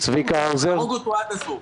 צריך להרוג אותו עד הסוף.